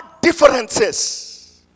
differences